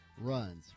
runs